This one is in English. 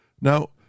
Now